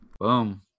Boom